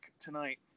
tonight